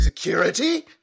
Security